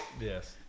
Yes